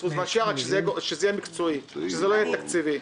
זה חייב להיות מקצועי, לא תקציבי.